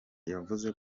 yavuze